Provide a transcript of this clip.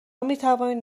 میتوانید